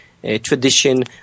tradition